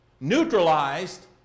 neutralized